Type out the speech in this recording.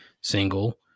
single